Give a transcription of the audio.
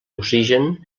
oxigen